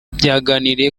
byaganiriye